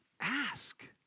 Ask